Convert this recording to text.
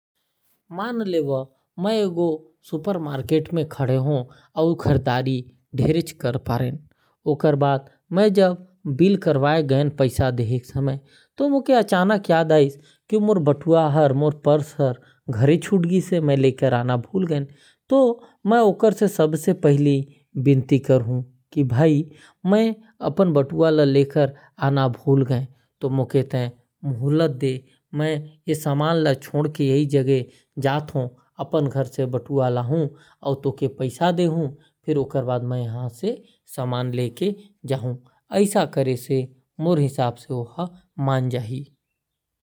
मान लेवा मै एक गो सुपरमार्केट में खड़ा हो और मै ढेर सारा समान ले धारे हो। और बिलिंग कराए में पता चालीस की बटवा घर में भूल आए हो तो मैं दुकानदार से विनती करहूं और काहू की कुछ समय के टाइम मांगू और बटवा ल घर से जा कर ले आहू और व्यवस्था करहूं।